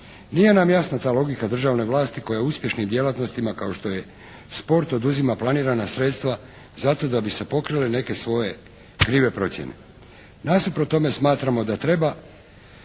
Nije nam jasna ta logika državne vlasti koja uspješnim djelatnostima kao što je sport oduzima planirana sredstva zato da bi se pokrile neke svoje krive procjene. Nasuprot tome smatramo da bi